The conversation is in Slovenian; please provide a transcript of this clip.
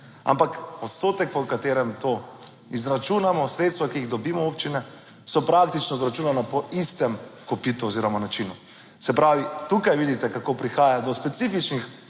Ampak odstotek, po katerem to izračunamo, sredstva, ki jih dobimo občine, so praktično izračunana po istem kopitu oziroma načinu. Se pravi, tukaj vidite, kako prihaja do specifičnih